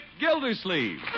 Gildersleeve